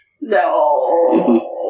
No